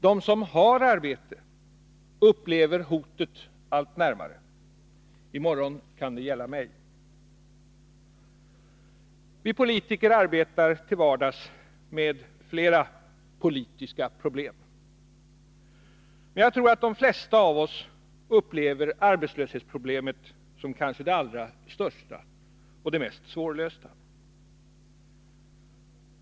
De som har arbete upplever hotet allt närmare: i morgon kan det gälla mig. Vi politiker arbetar till vardags med flera politiska problem. Men jag tror att de flesta av oss upplever arbetslöshetsproblemet som det kanske allra största och mest svårlösta.